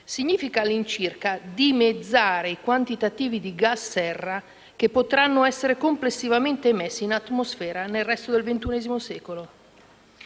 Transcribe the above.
significa all'incirca dimezzare i quantitativi di gas serra che potranno essere complessivamente emessi in atmosfera nel resto del XXI secolo.